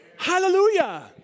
Hallelujah